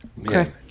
Okay